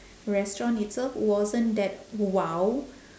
restaurant itself wasn't that !wow!